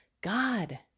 God